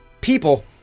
people